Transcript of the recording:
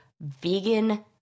vegan